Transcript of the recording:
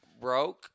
broke